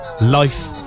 life